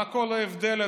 מה כל ההבדל,